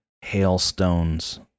hailstones